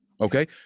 Okay